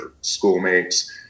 schoolmates